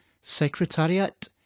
secretariat